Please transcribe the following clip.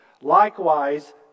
Likewise